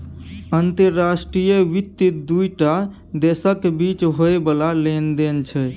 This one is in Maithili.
अंतर्राष्ट्रीय वित्त दू टा देशक बीच होइ बला लेन देन छै